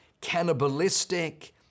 cannibalistic